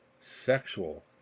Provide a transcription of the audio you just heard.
sexual